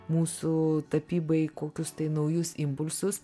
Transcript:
mūsų tapybai kokius tai naujus impulsus